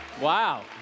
Wow